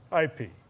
IP